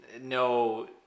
no